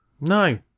No